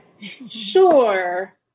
Sure